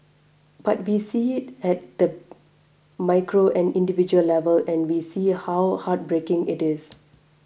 but we see it at at the micro and individual level and we see how heartbreaking it is